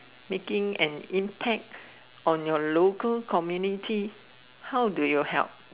making an impact on your local community how do you help